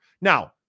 Now